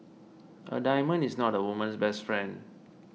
a diamond is not a woman's best friend